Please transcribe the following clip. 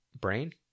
Brain